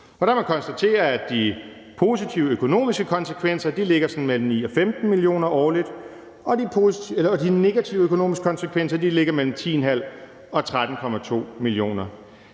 man konstatere, at de positive økonomiske konsekvenser ligger mellem 9 og 15 mio. kr. årligt, og at de negative økonomiske konsekvenser ligger mellem 10,5 og 13,2 mio.